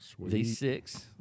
V6